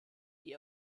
die